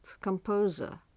composer